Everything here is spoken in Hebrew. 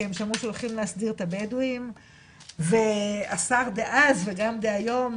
כי הם שמעו שהולכים להסדיר את הבדואים והשר דאז וגם דהיום,